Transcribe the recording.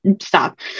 stop